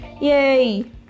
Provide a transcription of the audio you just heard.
Yay